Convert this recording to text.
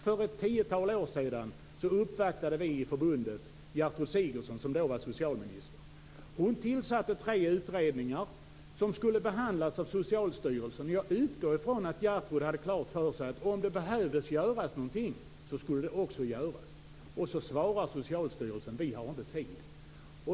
För ett tiotal år sedan uppvaktade vi i förbundet Gertrud Sigurdsen, som då var socialminister. Hon tillsatte tre utredningar som skulle behandlas av Socialstyrelsen. Jag utgår ifrån att Gertrud hade klart för sig att om det behövde göras något skulle det också göras. Så svarar Socialstyrelsen: Vi har inte tid.